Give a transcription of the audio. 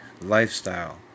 lifestyle